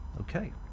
Okay